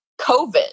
COVID